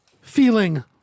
feeling